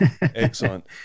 excellent